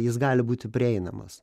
jis gali būti prieinamas